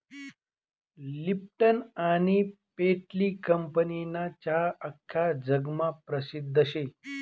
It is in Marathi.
लिप्टन आनी पेटली कंपनीना चहा आख्खा जगमा परसिद्ध शे